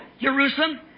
Jerusalem